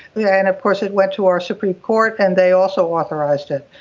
yeah and of course it went to our supreme court and they also authorised it.